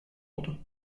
oldu